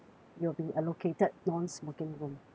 you will be allocated non-smoking room